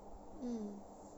mm